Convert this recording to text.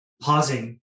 pausing